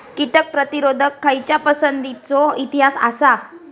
कीटक प्रतिरोधक खयच्या पसंतीचो इतिहास आसा?